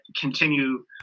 continue